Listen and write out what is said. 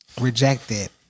Rejected